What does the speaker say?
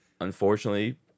unfortunately